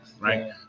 right